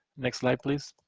next slide, please.